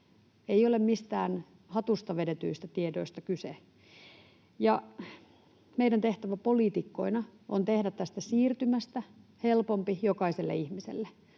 Ei ole mistään hatusta vedetyistä tiedoista kyse. Meidän tehtävämme poliitikkoina on tehdä tästä siirtymästä helpompi jokaiselle ihmiselle,